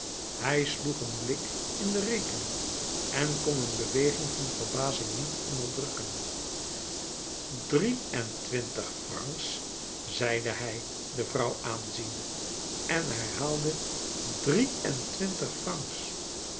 hij sloeg een blik in de rekening en kon een beweging van verbazing niet onderdrukken drie-en-twintig francs zeide hij de vrouw aanziende en herhaalde drie-en-twintig francs